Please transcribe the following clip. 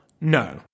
no